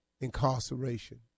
incarceration